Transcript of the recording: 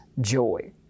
joy